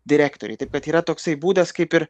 direktoriai taip kad yra toksai būdas kaip ir